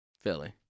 Philly